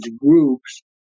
groups